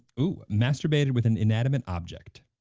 ah masturbated with an inanimate object.